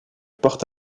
porte